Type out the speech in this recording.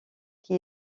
qui